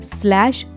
slash